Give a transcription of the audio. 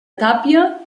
tàpia